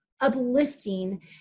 uplifting